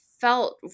felt